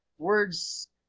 Words